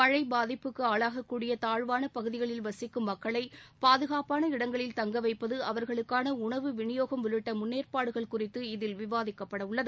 மழை பாதிப்புக்கு ஆளாகக்கூடிய தாழ்வான பகுதிகளில் வசிக்கும் மக்களை பாதுகாப்பான இடங்களில் தங்க வைப்பது அவர்களுக்கான உணவு விநியோகம் உள்ளிட்ட முன்னேற்பாடுகள் குறித்து இதில் விவாதிக்கப்பட உள்ளது